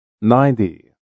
Ninety